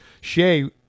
shay